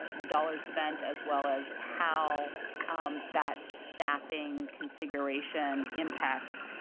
ah the dollars spent as well as how um that staffing configuration impacts